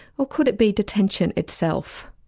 or could it be detention itself?